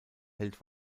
hält